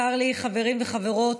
צר לי, חברים וחברות,